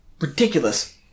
ridiculous